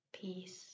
peace